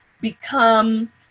become